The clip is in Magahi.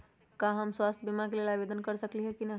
का हम स्वास्थ्य बीमा के लेल आवेदन कर सकली ह की न?